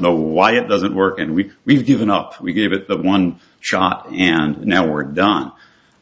know why it doesn't work and we we've given up we gave it one shot and now we're done